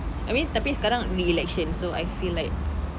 I mean tapi sekarang re-election so I feel like